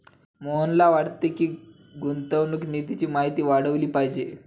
मोहनला वाटते की, गुंतवणूक निधीची माहिती वाढवली पाहिजे